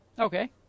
Okay